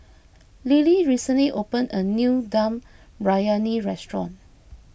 Lilly recently opened a new Dum Briyani restaurant